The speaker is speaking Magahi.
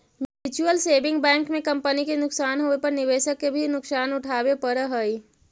म्यूच्यूअल सेविंग बैंक में कंपनी के नुकसान होवे पर निवेशक के भी नुकसान उठावे पड़ऽ हइ